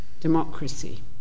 democracy